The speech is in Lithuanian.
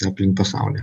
aplink pasaulį